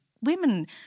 women